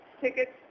tickets